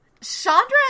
Chandra